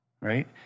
Right